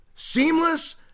seamless